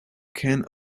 can